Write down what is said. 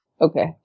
Okay